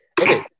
Okay